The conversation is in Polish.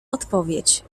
odpowiedź